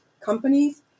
companies